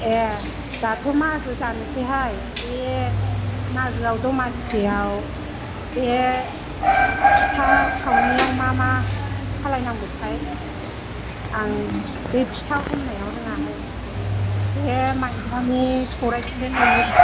ए दाथ' मागो जानोसैहाय बे मागोआव दमासिआव बे फिथा सावनायआव मा मा खालाय नांगौथाय आं बे फिथा हमनायाव रोङाहाय बे मायब्रानि सौरायखौदेन एवनो